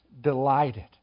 delighted